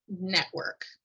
network